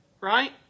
right